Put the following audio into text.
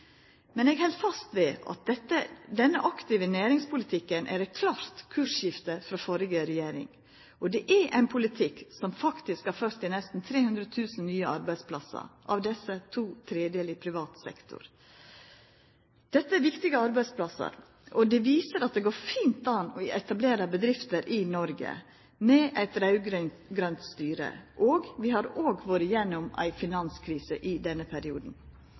Men eg held fast ved at denne aktive næringspolitikken er eit klart kursskifte frå førre regjering. Det er ein politikk som faktisk har ført til nesten 300 000 nye arbeidsplassar, og av desse er to tredelar i privat sektor. Dette er viktige arbeidsplassar, og det viser at det fint lèt seg gjera å etablera bedrifter i Noreg med eit raud-grønt styre. Vi har òg vore gjennom ei finanskrise i denne perioden.